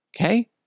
Okay